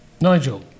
Nigel